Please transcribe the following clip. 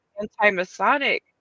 anti-Masonic